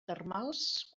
termals